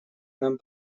нам